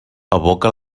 evoca